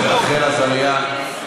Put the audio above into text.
רחל עזריה,